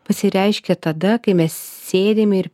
pasireiškia tada kai mes sėdim ir